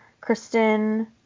Kristen